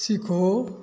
सीखो